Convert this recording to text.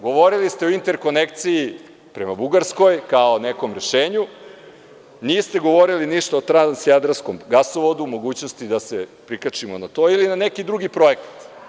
Govorili ste o interkonekciji prema Bugarskoj kao nekom rešenju, a niste govorili ništa o transjadranskom gasovodu, mogućnosti da se prikačimo na to ili na neki drugi projekat.